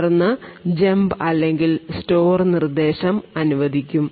തുടർന്ന് ജമ്പ് അല്ലെങ്കിൽ സ്റ്റോർ നിർദ്ദേശം അനുവദിക്കും